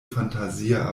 fantazia